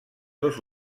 dos